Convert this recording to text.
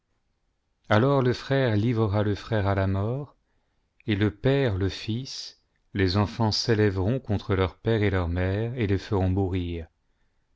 alors le frère livrera le frère à la mort et le père le fils les enfants s'élèveront contre leurs pères et leurs mères et les feront mourir